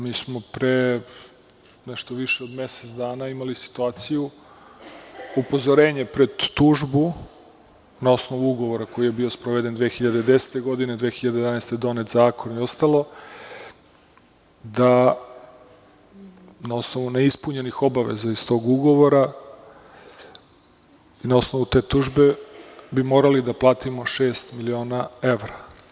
Mi smo pre nešto više od mesec dana imali situaciju, upozorenje pred tužbu na osnovu ugovora koji je bio sproveden 2010. godine, godine 2011. je donet zakon i ostalo, da na osnovu neispunjenih obaveza iz tog ugovora i na osnovu te tužbe bi morali da platimo šest miliona evra.